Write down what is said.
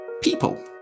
people